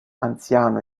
anziano